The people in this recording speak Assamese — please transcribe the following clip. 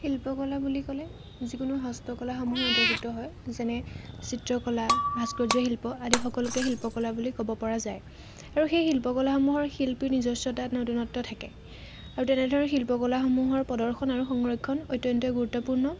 শিল্পকলা বুলি ক'লে যিকোনো শাস্ত্ৰকলাসমূহে অন্তৰ্ভুক্ত হয় যেনে চিত্ৰকলা ভাস্কৰ্য শিল্প আদি সকলোকে শিল্পকলা বুলি ক'ব পৰা যায় আৰু সেই শিল্পকলাসমূহৰ শিল্পীৰ নিজস্বতাত নতুনত্ব থাকে আৰু তেনেদৰে শিল্পকলাসমূহৰ প্ৰদৰ্শন আৰু সংৰক্ষণ অত্যন্ত গুৰুত্বপূৰ্ণ